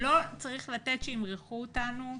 לא צריך לתת שימרחו אותנו,